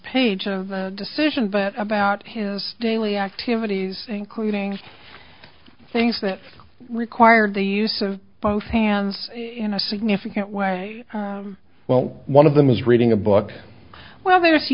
page of a decision but about his daily activities including things that required the use of both hands in a significant way well one of them is reading a book well ther